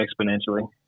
exponentially